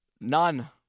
None